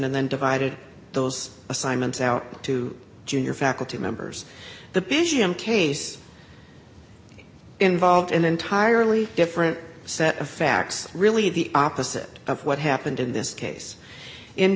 and then divided those assignments out to junior faculty members the bisham case involved an entirely different set of facts really the opposite of what happened in this case